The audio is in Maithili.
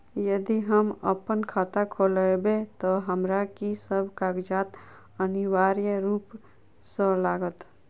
यदि हम अप्पन खाता खोलेबै तऽ हमरा की सब कागजात अनिवार्य रूप सँ लागत?